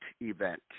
event